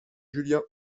julien